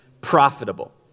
profitable